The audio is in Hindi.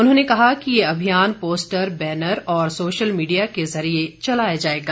उन्होंने कहा कि यह अभियान पोस्टर बैनर और सोशल मीडिया के जरिए चलाया जाएगा